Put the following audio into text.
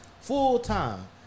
Full-time